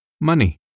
Money